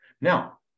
Now